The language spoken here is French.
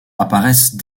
apparaissent